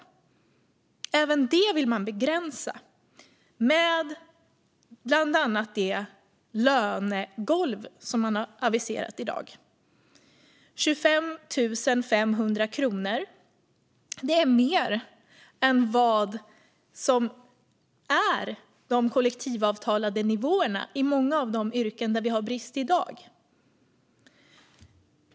Även det vill man begränsa, bland annat med det lönegolv som man har aviserat i dag. 26 500 kronor är högre än de kollektivavtalade nivåerna i många av de yrken där det är brist i dag.